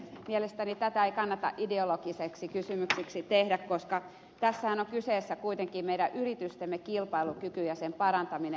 mielestäni tätä ei kannata ideologiseksi kysymykseksi tehdä koska tässähän on kyseessä kuitenkin meidän yritystemme kilpailukyky ja sen parantaminen